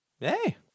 Hey